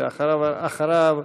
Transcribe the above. אחריו,